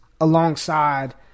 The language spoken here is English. alongside